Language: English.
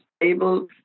able